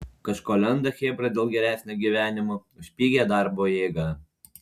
kažko lenda chebra dėl geresnio gyvenimo už pigią darbo jėgą